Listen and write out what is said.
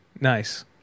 Nice